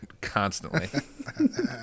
constantly